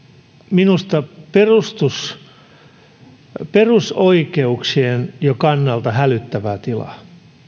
minusta perusoikeuksien kannalta jo hälyttävää tilaa